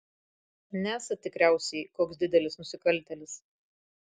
nesat tikriausiai koks didelis nusikaltėlis